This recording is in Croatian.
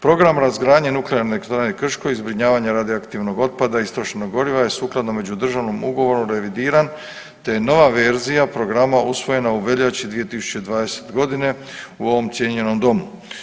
Program razgradnje Nuklearne elektrane Krško i zbrinjavanje radioaktivnog otpada i istrošenog goriva je sukladno međudržavnom ugovoru revidiran te je nova verzija programa usvojena u veljači 2020. u ovom cijenjenom domu.